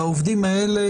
והעובדים האלה,